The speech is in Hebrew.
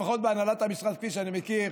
לפחות בהנהלת המשרד כפי שאני מכיר,